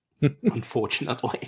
unfortunately